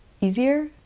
easier